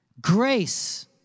Grace